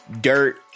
dirt